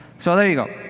so there you go.